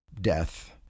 death